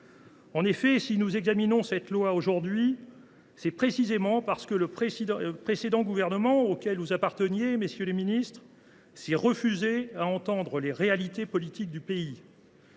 En effet, si nous examinons ce texte aujourd’hui, c’est précisément parce que le précédent gouvernement, auquel vous apparteniez, messieurs les ministres, a refusé de voir les réalités politiques du pays.